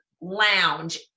lounge